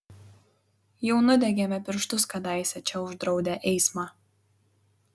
jau nudegėme pirštus kadaise čia uždraudę eismą